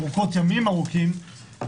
ימים ארוכים,